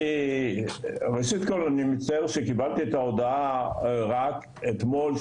ראשית כל אני מצטער שקיבלתי את ההודעה רק אתמול,